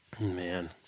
Man